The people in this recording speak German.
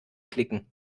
klicken